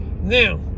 Now